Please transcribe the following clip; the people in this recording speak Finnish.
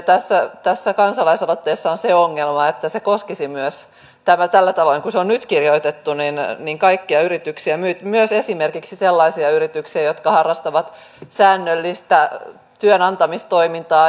tässä kansalaisaloitteessa on se ongelma että se koskisi tällä tavoin kuin se on nyt kirjoitettu kaikkia yrityksiä myös esimerkiksi sellaisia yrityksiä jotka harrastavat säännöllistä työnantamistoimintaa